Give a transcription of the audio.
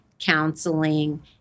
counseling